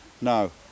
no